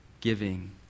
giving